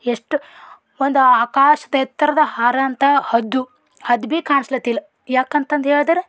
ಎಷ್ಟು ಒಂದು ಆಕಾಶದೆತ್ತರದ ಹಾರಾಂತ ಹದ್ದು ಹದ್ದು ಭೀ ಕಾಣ್ಸಲತಿಲ್ಲ ಯಾಕೆ ಅಂತಂದು ಹೇಳದ್ರೆ